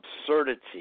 absurdity